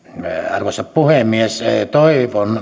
arvoisa puhemies toivon